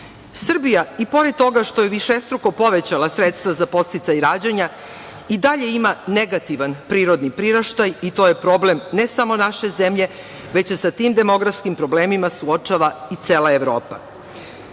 i pored toga što je višestruko povećala sredstva za podsticaj rađanja, i dalje ima negativan prirodni priraštaj i to je problem ne samo naše zemlje, već se sa tim demografskim problemima suočava i cela Evropa. Stopa